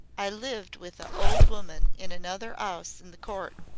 i lived with a old woman in another ouse in the court.